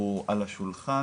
הוא על השולחן,